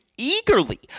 Eagerly